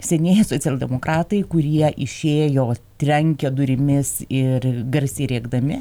senieji socialdemokratai kurie išėjo trenkę durimis ir garsiai rėkdami